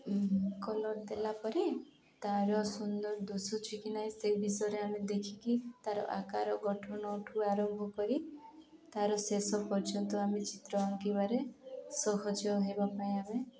colour ଦେଲା ପରେ ତା'ର ସୁନ୍ଦର ଦିଶୁଛି କି ନାହିଁ ସେ ବିଷୟରେ ଆମେ ଦେଖିକି ତା'ର ଆକାର ଗଠନ ଠୁ ଆରମ୍ଭ କରି ତା'ର ଶେଷ ପର୍ଯ୍ୟନ୍ତ ଆମେ ଚିତ୍ର ଆଙ୍କିବାରେ ସହଜ ହେବା ପାଇଁ ଆମେ